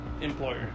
Employer